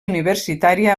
universitària